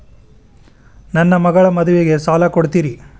ನನ್ನ ಮಗಳ ಮದುವಿಗೆ ಸಾಲ ಕೊಡ್ತೇರಿ?